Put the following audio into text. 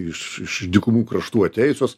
iš iš dykumų kraštų atėjusius